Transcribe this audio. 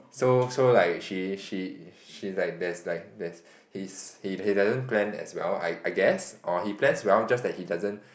so so like she she she's like there's like there's he's he doesn't plan as well I I guess or he plans well just that he doesn't